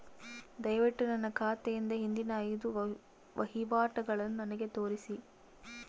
ದಯವಿಟ್ಟು ನನ್ನ ಖಾತೆಯಿಂದ ಹಿಂದಿನ ಐದು ವಹಿವಾಟುಗಳನ್ನು ನನಗೆ ತೋರಿಸಿ